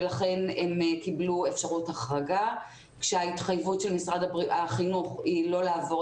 ולכן הם קיבלו אפשרות החרגה כאשר ההתחייבות של משרד החינוך היא לא לעבור